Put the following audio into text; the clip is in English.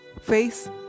face